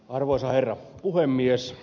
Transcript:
arvoisa herra puhemies